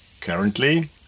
Currently